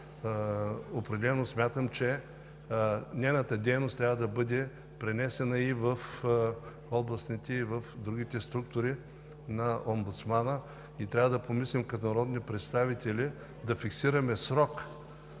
Определено смятам, че нейната дейност трябва да бъде пренесена и в областните, и в другите структури на омбудсмана, и трябва да помислим като народни представители да фиксираме срок